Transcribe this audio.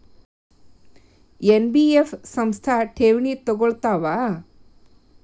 NBF ಸಂಸ್ಥಾ ಠೇವಣಿ ತಗೋಳ್ತಾವಾ?